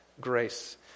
grace